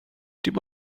dim